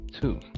two